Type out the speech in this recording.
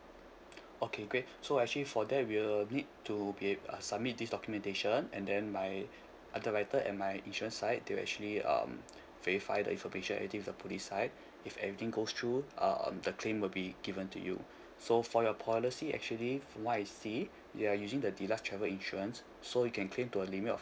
okay great so actually for that we'll need to be uh submit this documentation and then my underwriter and my insurance side they'll actually um verify the information with the police side if everything goes through uh um the claim will be given to you so for your policy actually from what I see you're using the deluxe travel insurance so you can claim to a limit of